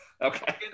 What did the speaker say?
okay